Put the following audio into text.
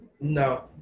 no